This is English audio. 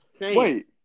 Wait